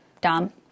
Dom